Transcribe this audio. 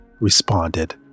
responded